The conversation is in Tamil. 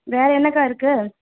வேறு என்னக்கா இருக்குது